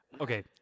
Okay